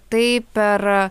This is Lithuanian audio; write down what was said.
tai per